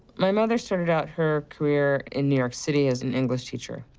my mother started out her career in new york city as an english teacher,